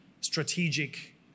strategic